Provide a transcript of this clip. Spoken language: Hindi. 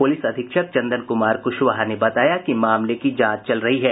पुलिस अधीक्षक चंदन कुमार कुशवाहा ने कहा कि मामले की जांच की जा रही है